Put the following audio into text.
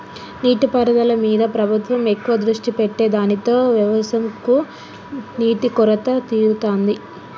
నీటి పారుదల మీద ప్రభుత్వం ఎక్కువ దృష్టి పెట్టె దానితో వ్యవసం కు నీటి కొరత తీరుతాంది